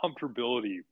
comfortability